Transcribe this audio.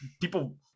people